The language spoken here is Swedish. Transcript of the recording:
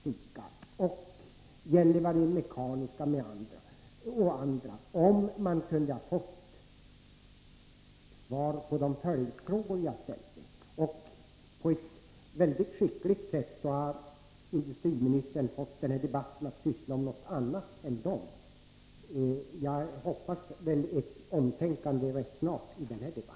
SIGA och Gällivare Mekaniska — om det hade lämnats svar på mina följdfrågor. På ett mycket skickligt sätt har industriministern lyckats göra så, att den här debatten kommit att handla om någonting annat än dessa följdfrågor. Jag hoppas på en snar ändring i inställningen.